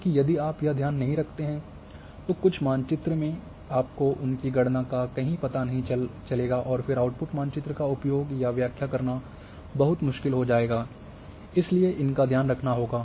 क्योंकि यदि आप यह ध्यान नहीं रखते हैं तो कुछ मानचित्र में आपको उनकी गणना का कहीं पता नहीं चलेगा और फिर आउटपुट मानचित्र का उपयोग या व्याख्या करना बहुत मुश्किल हो जाएगा इसलिए इनका ध्यान रखना होगा